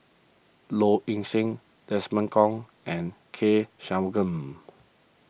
Low Ing Sing Desmond Kon and K Shanmugam